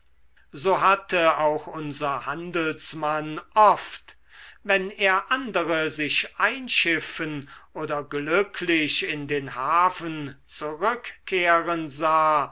so hatte auch unser handelsmann oft wenn er andere sich einschiffen oder glücklich in den hafen zurückkehren sah